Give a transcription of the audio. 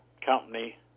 company